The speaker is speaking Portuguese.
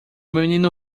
menino